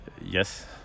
Yes